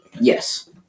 Yes